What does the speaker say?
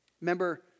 remember